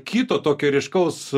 kito tokio ryškaus